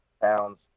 pounds